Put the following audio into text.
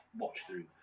watch-through